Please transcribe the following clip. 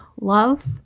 love